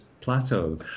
plateau